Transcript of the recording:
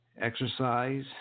Exercise